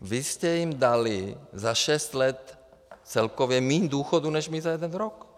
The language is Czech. Vy jste jim dali za šest let celkově míň důchodu než my za jeden rok.